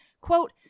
quote